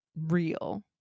real